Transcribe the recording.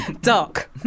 Doc